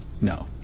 No